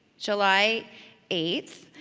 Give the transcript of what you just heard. july eighth,